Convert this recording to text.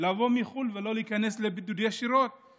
לבוא מחו"ל ולא להיכנס ישירות לבידוד?